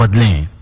but li